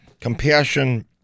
compassion